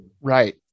Right